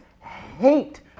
hate